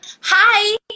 Hi